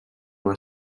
pot